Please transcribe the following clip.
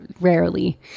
rarely